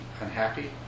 unhappy